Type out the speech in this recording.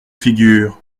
figure